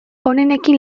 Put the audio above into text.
onenekin